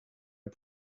est